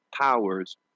powers